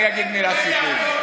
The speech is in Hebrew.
אני אגיד מילת סיכום.